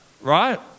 right